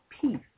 Peace